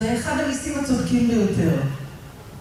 זה אחד הריסים הצודקים ביותר